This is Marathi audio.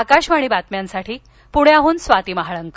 आकाशवाणी बातम्यांसाठी पुण्यासून स्वाती महाळंक